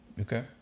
okay